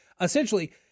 essentially